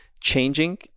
changing